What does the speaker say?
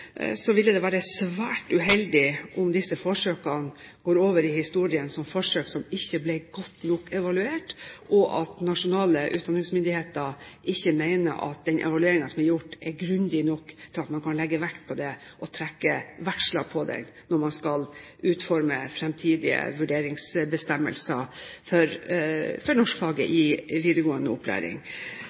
ville det være svært uheldig om disse forsøkene gikk over i historien som forsøk som ikke ble godt nok evaluert, og at nasjonale utdanningsmyndigheter skulle mene at den evalueringen som er gjort, ikke er grundig nok til at man kan legge vekt på det og trekke veksler på det når man skal utforme fremtidige vurderingsbestemmelser for norskfaget i videregående opplæring.